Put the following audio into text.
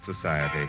Society